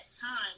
time